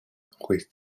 juez